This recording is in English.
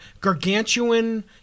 gargantuan